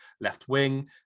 left-wing